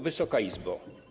Wysoka Izbo!